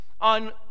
on